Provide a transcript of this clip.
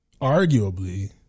arguably